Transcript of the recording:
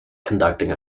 conducting